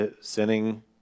sinning